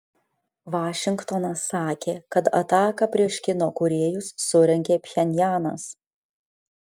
vašingtonas sakė kad ataką prieš kino kūrėjus surengė pchenjanas